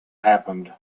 happened